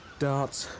darts.